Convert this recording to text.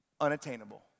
unattainable